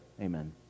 amen